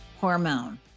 hormone